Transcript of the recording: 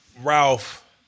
Ralph